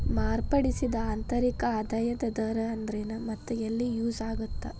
ಮಾರ್ಪಡಿಸಿದ ಆಂತರಿಕ ಆದಾಯದ ದರ ಅಂದ್ರೆನ್ ಮತ್ತ ಎಲ್ಲಿ ಯೂಸ್ ಆಗತ್ತಾ